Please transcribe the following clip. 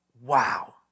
Wow